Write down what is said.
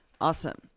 Awesome